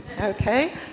Okay